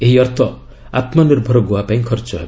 ଏହି ଅର୍ଥ ଆତ୍ମନିର୍ଭର ଗୋଆ ପାଇଁ ଖର୍ଚ୍ଚ ହେବ